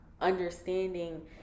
understanding